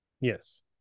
Yes